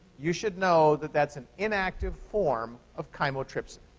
you should know that that's an inactive form of chymotrypsin.